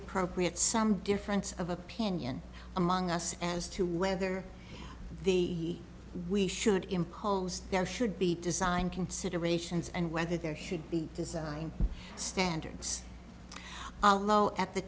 appropriate some difference of opinion among us as to whether the we should impose there should be design considerations and whether there should be design standards low at the